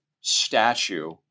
statue